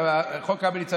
חוק קמיניץ,